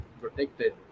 protected